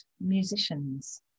musicians